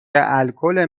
الکل